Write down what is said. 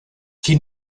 quin